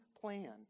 plan